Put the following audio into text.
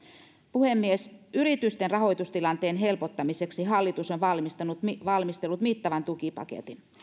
puhemies yritysten rahoitustilanteen helpottamiseksi hallitus on valmistellut mittavan tukipaketin